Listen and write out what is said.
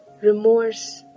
remorse